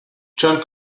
john